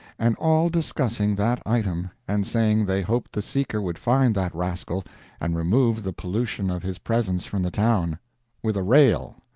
and all discussing that item, and saying they hoped the seeker would find that rascal and remove the pollution of his presence from the town with a rail,